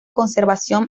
conservación